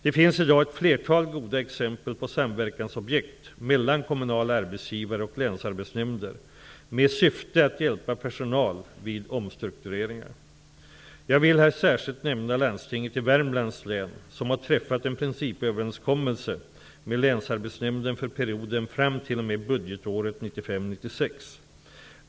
Det finns i dag ett flertal goda exempel på samverkansobjekt mellan kommunala arbetsgivare och länsarbetsnämnder med syfte att hjälpa personal vid omstruktureringarna. Jag vill här särskilt nämna Landstinget i Värmlands län, som har träffat en principöverenskommelse med Länsarbetsnämnden för perioden fram t.o.m. budgetåret 1995/96.